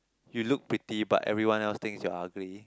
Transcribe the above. you look pretty but everyone else thinks you're ugly